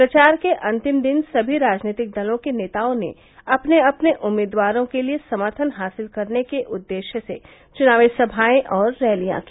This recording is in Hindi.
प्रचार के अन्तिम दिन सभी राजनीतिक दलों के नेताओं ने अपने अपने उम्मीदवारों के लिये समर्थन हासिल करने के उद्देश्य से चुनावी सभायें और रैलियां की